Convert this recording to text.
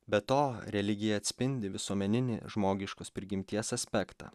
be to religija atspindi visuomeninį žmogiškos prigimties aspektą